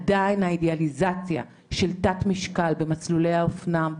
עדיין האידיאליזציה של תת משקל במסלולי האופנה,